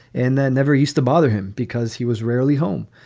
and then never used to bother him because he was rarely home.